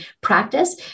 practice